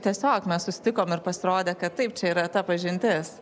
tiesiog mes susitikom ir pasirodė kad taip čia yra ta pažintis